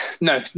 no